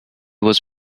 was